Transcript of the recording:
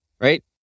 right